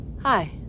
Hi